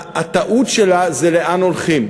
הטעות שלה זה לאן הולכים.